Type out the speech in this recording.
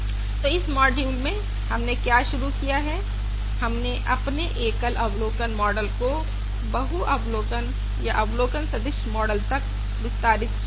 तो इस मॉड्यूल में हमने क्या शुरू किया है हमने अपने एकल अवलोकन मॉडल को बहु अवलोकन या अवलोकन सदिश मॉडल तक विस्तारित किया है